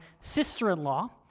sister-in-law